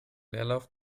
leerlauf